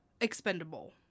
expendable